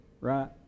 right